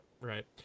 right